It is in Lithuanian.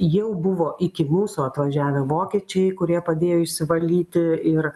jau buvo iki mūsų atvažiavę vokiečiai kurie padėjo išsivalyti ir